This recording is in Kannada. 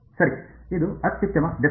ಸರಿ ಇದು ಅತ್ಯುತ್ತಮ ದೆಸೆ